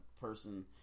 person